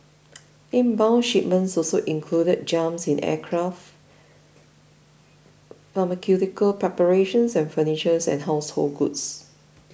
inbound shipments also included jumps in aircraft pharmaceutical preparations and furnitures and household goods